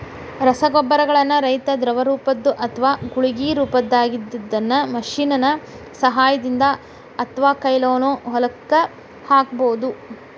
ರಸಗೊಬ್ಬರಗಳನ್ನ ರೈತಾ ದ್ರವರೂಪದ್ದು ಅತ್ವಾ ಗುಳಿಗಿ ರೊಪದಾಗಿದ್ದಿದ್ದನ್ನ ಮಷೇನ್ ನ ಸಹಾಯದಿಂದ ಅತ್ವಾಕೈಲೇನು ಹೊಲಕ್ಕ ಹಾಕ್ಬಹುದು